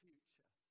future